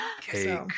Cake